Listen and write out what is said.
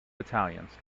battalions